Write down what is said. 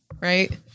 Right